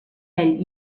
ell